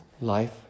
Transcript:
life